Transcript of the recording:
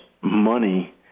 money